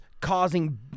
causing